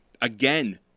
Again